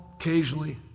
occasionally